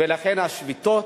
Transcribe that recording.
ולכן השביתות,